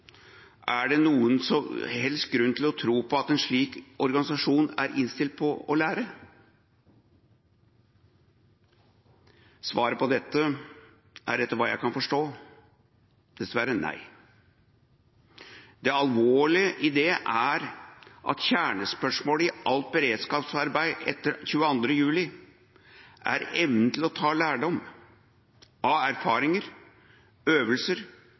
Er det noen som helst grunn til å tro på at en slik organisasjon er innstilt på å lære? Svaret på dette er, etter hva jeg kan forstå, dessverre nei. Det alvorlige i det er at kjernespørsmålet i alt beredskapsarbeid etter 22. juli er evnen til å ta lærdom av erfaringer, øvelser,